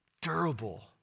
durable